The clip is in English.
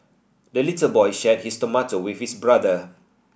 the little boy shared his tomato with his brother